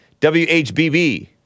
WHBB